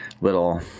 little